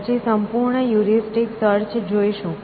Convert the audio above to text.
પછી સંપૂર્ણ heuristic search જોઈશું